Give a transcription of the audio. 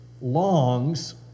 longs